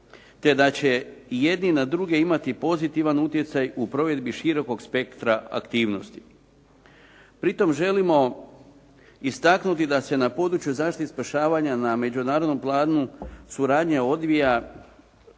te da će jedni na druge imati pozitivan utjecaj u provedbi širokog spektra aktivnosti. Pri tome želimo istaknuti da se na području zaštite i spašavanja na međunarodnom planu suradnje odvija